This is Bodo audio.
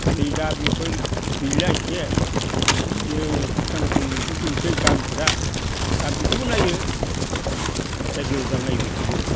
नै दा बेफोर गैलिया एसे ओरैनो फाथां फिथिंल'सो दंसै गानफोरा दा बिखौबो नायो नायो रायजोफ्रा नायो बेखौबो